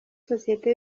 sosiyete